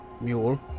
mule